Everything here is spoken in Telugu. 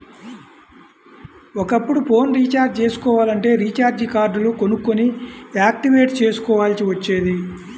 ఒకప్పుడు ఫోన్ రీచార్జి చేసుకోవాలంటే రీచార్జి కార్డులు కొనుక్కొని యాక్టివేట్ చేసుకోవాల్సి వచ్చేది